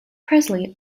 presley